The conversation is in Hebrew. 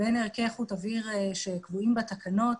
ערכי איכות אוויר שקבועים בתקנות,